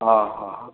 ହଁ ହଁ